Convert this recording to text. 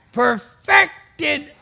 perfected